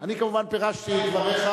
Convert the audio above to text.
אני כמובן פירשתי את דבריך